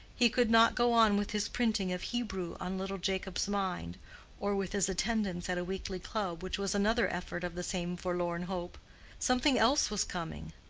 he could not go on with his printing of hebrew on little jacob's mind or with his attendance at a weekly club, which was another effort of the same forlorn hope something else was coming.